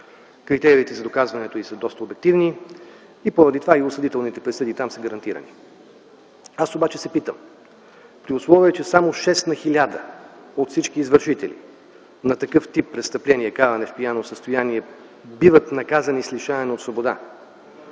Критериите за доказването й са доста обективни. Поради това и осъдителните присъди там са гарантирани. Аз обаче се питам: при условие, че само шест на хиляда от всички извършители на такъв тип престъпления – каране в пияно състояние, биват наказани с лишаване от свобода,